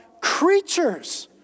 creatures